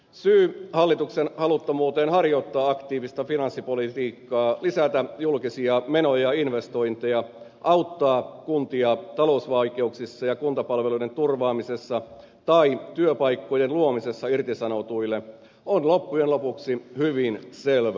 syy hallituksen haluttomuuteen harjoittaa aktiivista finanssipolitiikkaa lisätä julkisia menoja ja investointeja auttaa kuntia talousvaikeuksissa ja kuntapalveluiden turvaamisessa tai työpaikkojen luomisessa irtisanotuille on loppujen lopuksi hyvin selvä